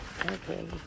okay